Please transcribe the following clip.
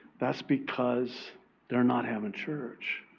that's because they're not having church,